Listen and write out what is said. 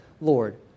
Lord